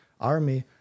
army